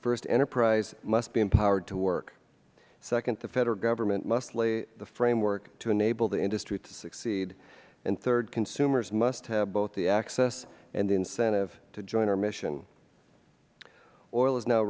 first enterprise must be empowered to work second the federal government must lay the framework to enable the industry to succeed and third consumers must have both the access and the incentive to join our commission oil is no